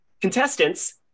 Contestants